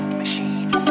machine